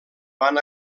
van